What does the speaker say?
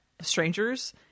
strangers